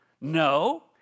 no